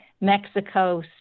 Mexico